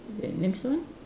okay next one